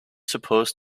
supposed